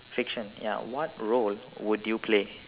fiction ya what role would you play